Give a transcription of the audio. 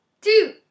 two